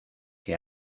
que